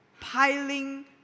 piling